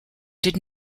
did